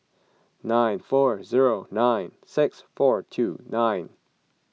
nine four zero nine six four two nine